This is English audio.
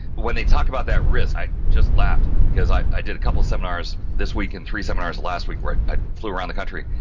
when they talk about that risk, i just laughed because i did a couple of seminars, this week in three seminars, last week where ah i flew around the country.